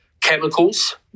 chemicals